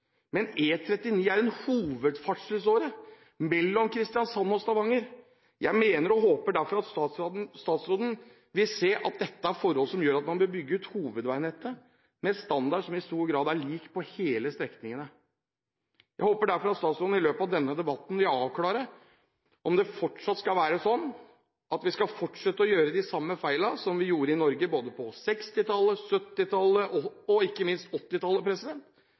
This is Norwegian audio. er hovedferdselssåren mellom Kristiansand og Stavanger. Jeg mener – og håper – derfor at statsråden vil se at dette er forhold som gjør at man bør bygge ut hovedveinettet med en standard som i stor grad er lik på hele strekningen. Jeg håper derfor at statsråden i løpet av denne debatten vil avklare om det fortsatt skal være sånn at vi skal fortsette å gjøre de samme feilene som vi gjorde i Norge både på 1960-tallet, på 1970-tallet og, ikke minst,